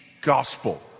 gospel